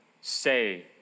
say